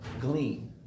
glean